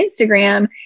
Instagram